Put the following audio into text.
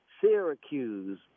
Syracuse